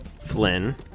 flynn